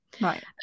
Right